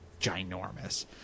ginormous